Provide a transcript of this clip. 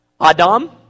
Adam